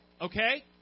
Okay